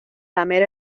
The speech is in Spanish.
lamer